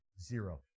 Zero